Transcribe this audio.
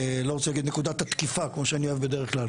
לא רוצה להגיד נקודת התקיפה כמו שאני אוהב בדרך כלל,